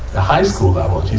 the high school level, she